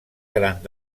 gran